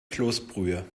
kloßbrühe